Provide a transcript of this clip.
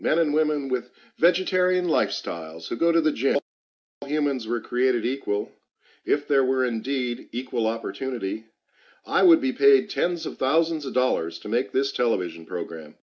men and women with vegetarian lifestyles who go to the gym humans were created equal if there were indeed equal opportunity i would be paid tens of thousands of dollars to make this television program